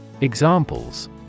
Examples